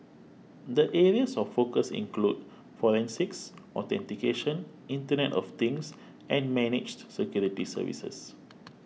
the areas of focus include forensics authentication internet of Things and managed security services